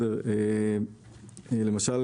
למשל,